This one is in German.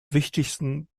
wichtigsten